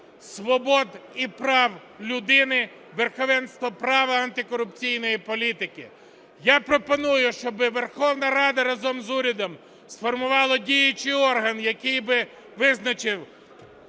свобод і прав людини, верховенства права, антикорупційної політики. Я пропоную, щоб Верховна Рада разом з урядом сформувала діючий орган, який би визначив